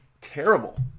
terrible